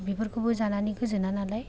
बेफोरखौबो जानानै गोजोना नालाय